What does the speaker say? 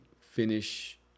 finish